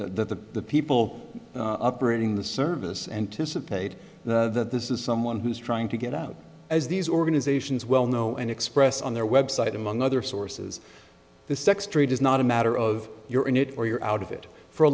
that the people operating the service anticipate that this is someone who's trying to get out as these organizations well know and express on their website among other sources the sex trade is not a matter of you're in it or you're out of it for a